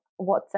WhatsApp